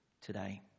today